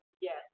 Yes